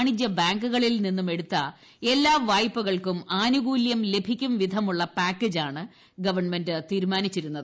വാണിജ്യ ബാങ്കുകളിൽനിന്നും എടുത്ത എല്ലാ വായ്പകൾക്കും ആനുകൂല്യം ലഭിക്കുംവിധമുള്ള പാക്കേജാണ് ഗവൺമെന്റ് തീരുമാനിച്ചിരുന്നത്